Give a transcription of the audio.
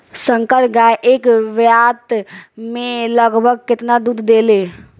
संकर गाय एक ब्यात में लगभग केतना दूध देले?